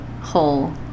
whole